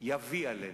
יביא עלינו,